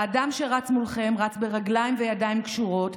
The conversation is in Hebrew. והאדם שרץ מולכם רץ ברגליים ובידיים קשורות,